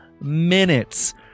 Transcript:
minutes